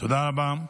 תודה רבה.